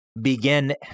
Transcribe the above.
begin